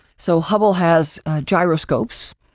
so, hubble has gyroscopes,